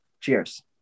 Cheers